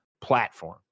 platform